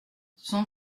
son